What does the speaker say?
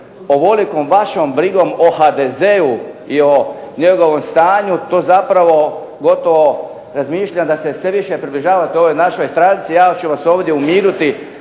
ovolikom vašom brigom o HDZ-u i o njegovom stanju, to zapravo gotovo razmišljam da se sve više približavate ovoj našoj stranci. Ja ću vas ovdje umiriti,